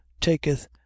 taketh